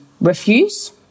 refuse